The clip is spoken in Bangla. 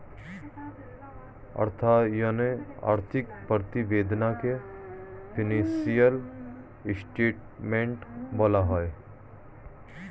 অর্থায়নে আর্থিক প্রতিবেদনকে ফিনান্সিয়াল স্টেটমেন্ট বলা হয়